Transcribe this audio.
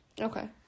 Okay